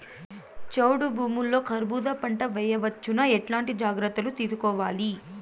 చౌడు భూముల్లో కర్బూజ పంట వేయవచ్చు నా? ఎట్లాంటి జాగ్రత్తలు తీసుకోవాలి?